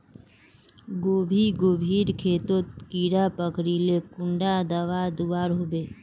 गोभी गोभिर खेतोत कीड़ा पकरिले कुंडा दाबा दुआहोबे?